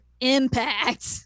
impact